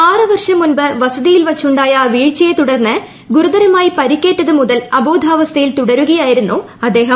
ആറ് വർഷം മുമ്പ് വസതിയിൽ വച്ചുണ്ടായ വീഴ്ചയെ തുടർന്ന് ഗുരുതരമായി പരിക്കേറ്റതു മുതൽ അബോധാവസ്ഥയിൽ തുടരുകയായിരുന്നു അദ്ദേഹം